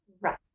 Right